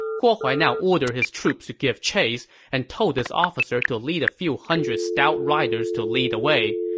guo huai now ordered his troops to give chase, and told this officer to lead a few hundred stout riders to lead the way.